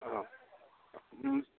औ